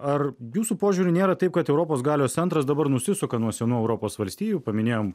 ar jūsų požiūriu nėra taip kad europos galios centras dabar nusisuka nuo senų europos valstijų paminėjom